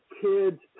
kid's